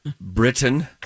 Britain